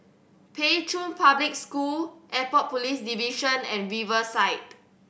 Pei Chun Public School Airport Police Division and Riverside